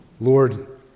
Lord